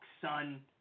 son